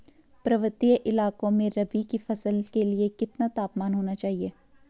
पर्वतीय इलाकों में रबी की फसल के लिए कितना तापमान होना चाहिए?